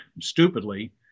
stupidly